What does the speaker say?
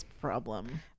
problem